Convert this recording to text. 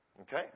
Okay